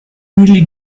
really